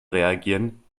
reagieren